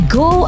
go